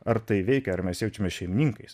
ar tai veikia ar mes jaučiamės šeimininkais